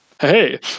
Hey